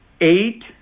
eight